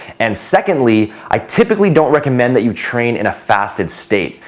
and secondly, i typically don't recommend that you train in a fasted state.